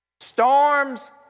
Storms